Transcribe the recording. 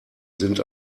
sind